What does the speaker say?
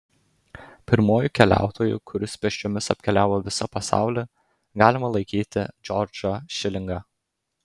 pirmuoju keliautoju kuris pėsčiomis apkeliavo visą pasaulį galima laikyti džordžą šilingą